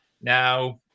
Now